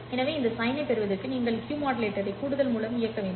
எனவே இந்த சைனைப் பெறுவதற்கு நீங்கள் இந்த Q மாடுலேட்டரை கூடுதல் மூலம் இயக்க வேண்டும்